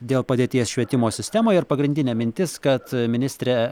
dėl padėties švietimo sistemoje ir pagrindinė mintis kad ministre